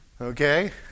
Okay